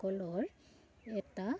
সকলৰ এটা